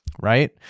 Right